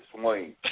swing